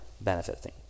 benefiting